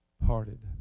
hearted